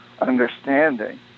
understanding